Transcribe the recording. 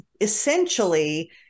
essentially